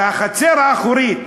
והחצר האחורית